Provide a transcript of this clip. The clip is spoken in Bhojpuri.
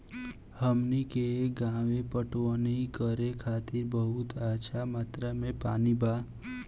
हमनी के गांवे पटवनी करे खातिर बहुत अच्छा मात्रा में पानी बा